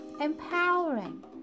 empowering